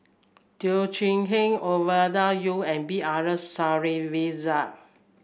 Teo Chee Hean Ovidia Yu and B R Sreenivasan